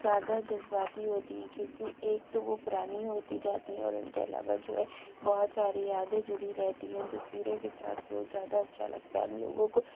زیادہ جذباتی ہوتی ہیں کیونکہ ایک تو وہ پرانی ہوتی جاتی ہیں اور ان کے علاوہ جو ہے بہت ساری یادیں جڑی رہتی ہیں ان تصویروں کے ساتھ وہ زیادہ اچھا لگتا ہے ہم لوگوں کو